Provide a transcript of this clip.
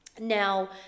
Now